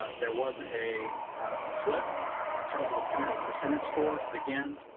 ah there was a slip in terms of the percentage percentage scores. but again,